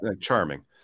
charming